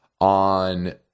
On